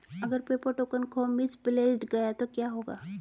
अगर paper token खो misplaced गया तो क्या होगा?